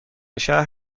شهر